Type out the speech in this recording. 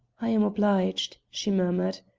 i am obliged, she murmured.